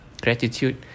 gratitude